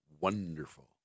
Wonderful